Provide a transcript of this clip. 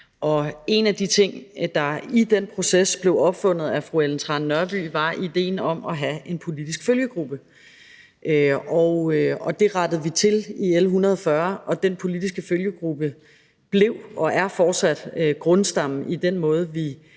en af de ting, der i den proces blev opfundet af fru Ellen Trane Nørby, var idéen om at have en politisk følgegruppe. Det rettede vi til i L 140, og den politiske følgegruppe blev og er fortsat grundstammen i den måde, vi